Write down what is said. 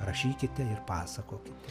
rašykite ir pasakokite